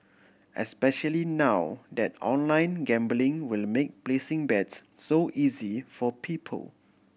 especially now that online gambling will make placing bets so easy for people